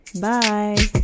Bye